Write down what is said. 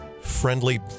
friendly